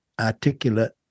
articulate